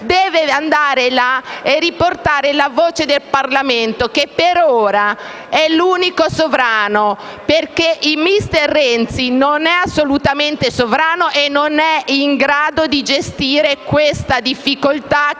sede e riportare la voce del Parlamento, che per ora è l'unico sovrano, perché *mister* Renzi non è assolutamente sovrano e non è in grado di gestire questa difficoltà